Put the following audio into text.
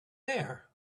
air